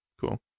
Cool